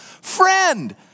friend